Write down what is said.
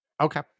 Okay